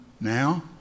now